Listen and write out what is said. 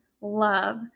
love